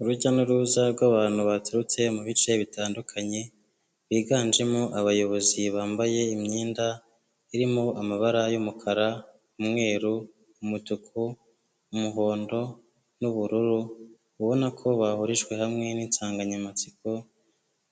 Urujya n'uruza rw'abantu baturutse mu bice bitandukanye biganjemo abayobozi bambaye imyenda irimo amabara y'umukara, umweru, umutuku, umuhondo n'ubururu ubona ko bahurijwe hamwe n'insanganyamatsiko